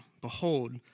Behold